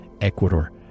Ecuador